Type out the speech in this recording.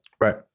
right